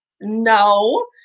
no